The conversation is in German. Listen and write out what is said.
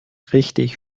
richtig